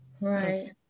Right